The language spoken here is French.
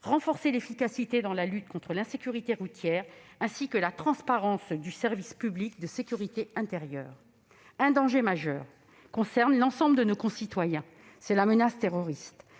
renforcer l'efficacité dans la lutte contre l'insécurité routière, ainsi que la transparence du service public de sécurité intérieure. Un danger majeur concerne l'ensemble de nos concitoyens : la menace terroriste.